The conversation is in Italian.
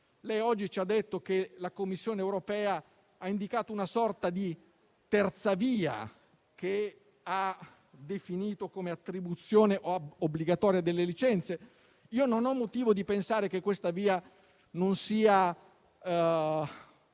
lei oggi ci ha detto che la Commissione europea ha indicato una sorta di terza via, che ha definito attribuzione obbligatoria delle licenze. Non ho motivo di pensare che questa via non sia